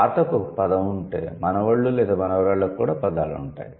తాతకు పదం ఉంటే మనవళ్ళు లేదా మనవరాళ్లకు కూడా పదాలు ఉంటాయి